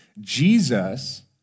Jesus